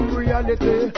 reality